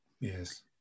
yes